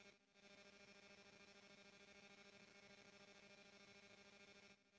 तू आपन डिपोसिट के पर्ची निकाल सकेला